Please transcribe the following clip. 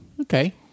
Okay